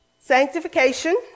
sanctification